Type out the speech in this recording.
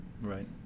Right